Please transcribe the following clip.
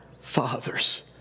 father's